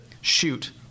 shoot